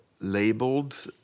labeled